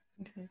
Okay